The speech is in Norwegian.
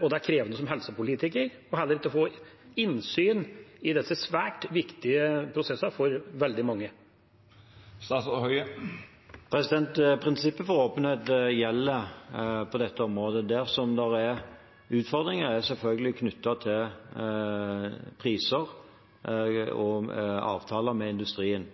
og det er krevende for meg som helsepolitiker at man heller ikke får innsyn i disse prosessene, som er svært viktige for veldig mange. Prinsippet for åpenhet gjelder på dette området. Utfordringene er knyttet til priser og avtaler med industrien.